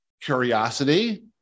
curiosity